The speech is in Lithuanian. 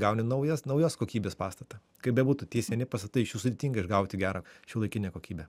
gauni naujas naujos kokybės pastatą kaip bebūtų tie seni pastatai iš jų sudėtinga išgauti gerą šiuolaikinę kokybę